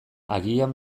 agian